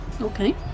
Okay